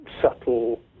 subtle